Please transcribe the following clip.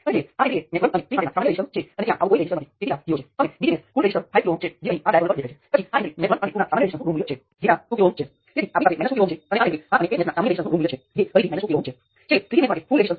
પછી પાછળથી આપણે ઉદાહરણો જોયા અને ઇક્વિવેલન્ટ રેઝિસ્ટન્સ પણ